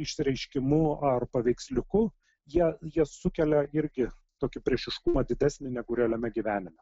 išreiškimu ar paveiksliuku jie jie sukelia irgi tokį priešiškumą atidesni negu realiame gyvenime